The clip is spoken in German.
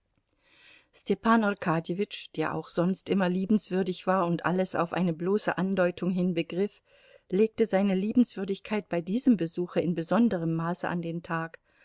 arkadjewitsch der auch sonst immer liebenswürdig war und alles auf eine bloße andeutung hin begriff legte seine liebenswürdigkeit bei diesem besuche in besonderem maße an den tag